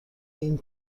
این